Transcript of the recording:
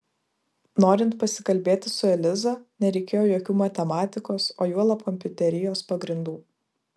norint pasikalbėti su eliza nereikėjo jokių matematikos o juolab kompiuterijos pagrindų